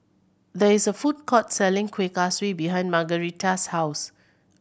there is a food court selling Kueh Kaswi behind Margaretta's house